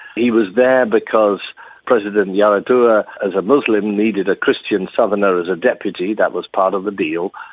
he was there because president and yar'adua, as a muslim, needed a christian southerner as a deputy, that was part of the deal,